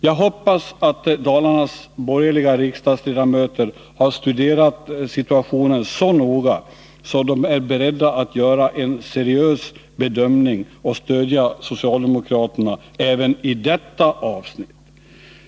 Jag hoppas att Dalarnas borgerliga riksdagsledamöter har studerat situationen så noga att de är beredda att göra en seriös bedömning och stödja socialdemokraterna även i detta avsnitt.